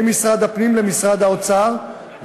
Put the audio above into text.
ממשרד הפנים למשרד האוצר,